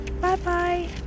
Bye-bye